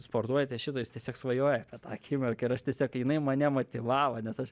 sportuojate šitą jis tiesiog svajoja apie tą akimirką ir aš tiesiog jinai mane motyvavo nes aš